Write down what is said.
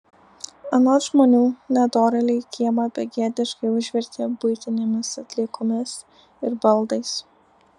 anot žmonių nedorėliai kiemą begėdiškai užvertė buitinėmis atliekomis ir baldais